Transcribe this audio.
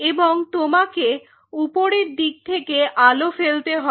এবং তোমাকে উপরের দিক থেকে আলো ফেলতে হবে